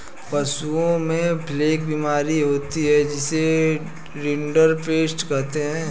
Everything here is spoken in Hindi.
पशुओं में प्लेग बीमारी होती है जिसे रिंडरपेस्ट कहते हैं